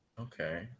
Okay